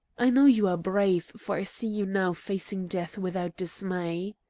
i know you are brave, for i see you now facing death without dismay.